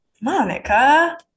monica